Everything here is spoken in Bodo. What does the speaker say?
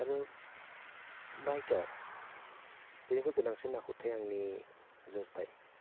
आरो बाइकआव बेनिख्रुय गोनांसिन आखुथाय आंनि जोरथाय